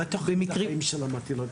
מה תוחלת החיים של מטילות?